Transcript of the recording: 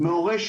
מהורה,